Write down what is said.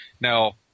Now